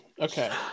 Okay